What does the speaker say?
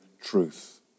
truth